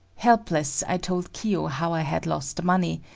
helpless, i told kiyo how i had lost the money,